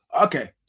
Okay